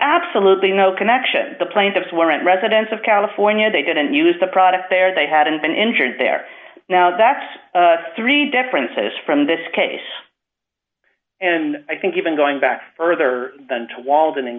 absolutely no connection the plaintiffs weren't residents of california they didn't use the product there they hadn't been injured there now that's three differences from this case and i think even going back further than to